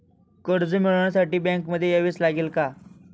कर्ज मिळवण्यासाठी बँकेमध्ये यावेच लागेल का?